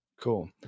cool